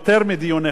גם במליאה